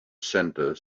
center